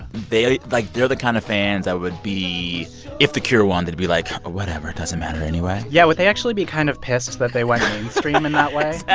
they like, they're the kind of fans that would be if the cure won, they'd be like, whatever. it doesn't matter anyway yeah. would they actually be kind of pissed that they went mainstream in that way?